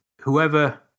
whoever